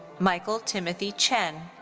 michael timothy chen.